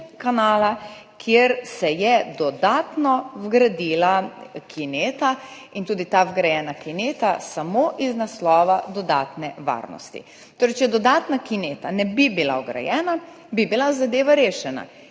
kanala, kjer se je dodatno vgradila kineta in tudi ta vgrajena kineta samo iz naslova dodatne varnosti. Torej, če dodatna kineta ne bi bila vgrajena, bi bila zadeva rešena.